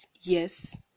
yes